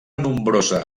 nombrosa